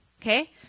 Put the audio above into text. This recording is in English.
okay